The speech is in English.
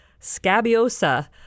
scabiosa